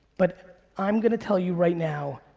but i'm gonna tell you right now,